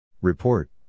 Report